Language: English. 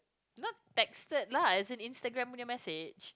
not texted lah as in Instagram punya message